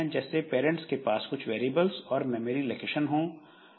जैसे पेरेंट्स के पास कुछ वैरियेबल्स और मेमोरी लोकेशन हों